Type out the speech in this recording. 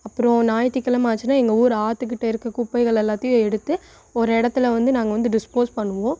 அப்பறம் ஞாயித்திக்கிழம ஆச்சின்னால் எங்கள் ஊர் ஆற்றுக்கிட்ட இருக்க குப்பைகளை எல்லாத்தையும் எடுத்து ஒரு இடத்துல வந்து நாங்கள் வந்து டிஸ்போஸ் பண்ணுவோம்